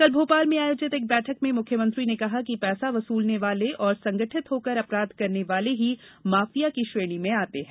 कल भोपाल में आयोजित एक बैठक में मुख्यमंत्री ने कहा कि पैसा वसूलने वाले और संगठित होकर अपराध करने वाले ही माफिया की श्रेणी में आते हैं